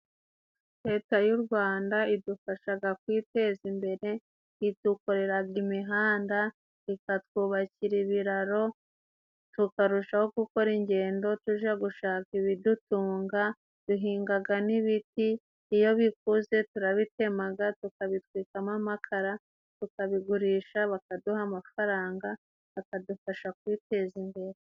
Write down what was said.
Leta y'u rwanda idufashaga kwiteza imbere idukoreraraga imihanda ikatwubakira ibiraro tukarushaho gukora ingendo tuje gushaka ibidutunga duhingaga n'ibiti iyo biku turabitemaga tukabitwitamo amakara tukabigurisha bakaduha amafaranga bakadufasha kwiteza imbere.